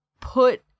put